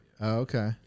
Okay